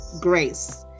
Grace